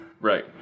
Right